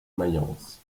mayence